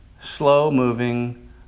slow-moving